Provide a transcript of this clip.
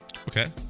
Okay